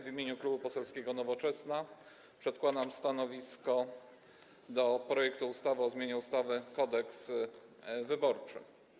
W imieniu Klubu Poselskiego Nowoczesna przedkładam stanowisko wobec projektu ustawy o zmianie ustawy Kodeks wyborczy.